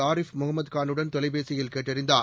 ஆரிஃப் முகமது கானுடன் தொலைபேசியில் கேட்டறிந்தார்